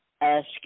ask